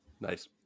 nice